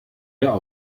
der